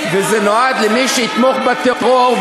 וזה נועד למי שיתמוך בטרור,